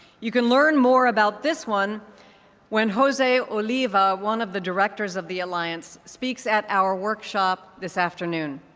you can learn more about this one when jose oliva, one of the directors of the alliance, speaks at our workshop this afternoon.